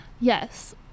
Yes